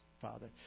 Father